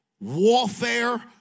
warfare